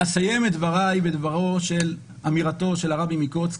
אסיים את דבריי באמירתו של הרבי מקוצק,